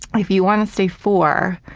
if you wanna stay four,